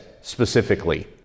specifically